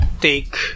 take